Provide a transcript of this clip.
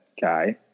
guy